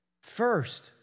First